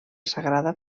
sagrada